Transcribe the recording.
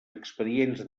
expedients